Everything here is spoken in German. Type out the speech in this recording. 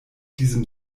diesem